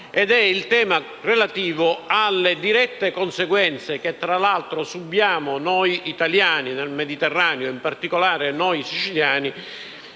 ed è relativo alle dirette conseguenze che tra l'altro subiamo noi italiani nel Mediterraneo, in particolare noi siciliani,